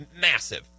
massive